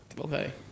okay